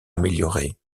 améliorée